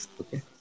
okay